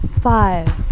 five